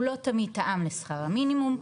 הוא לא תמיד תאם לשכר המינימום,